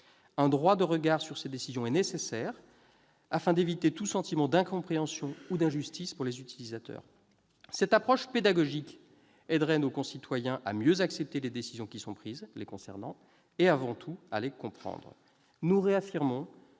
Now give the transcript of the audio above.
Un droit de regard sur ces décisions est nécessaire, afin d'éviter tout sentiment d'incompréhension ou d'injustice qui serait ressenti par les utilisateurs. Cette approche pédagogique aiderait nos concitoyens à mieux accepter les décisions les concernant et, avant tout, à les comprendre. Nous réaffirmons